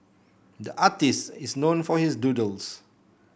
the artist is known for his doodles